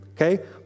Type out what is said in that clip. okay